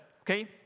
Okay